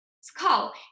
skull